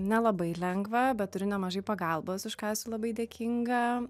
nelabai lengva bet turiu nemažai pagalbos už ką esu labai dėkinga